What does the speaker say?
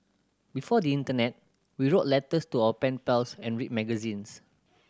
before the internet we wrote letters to our pen pals and read magazines